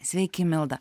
sveiki milda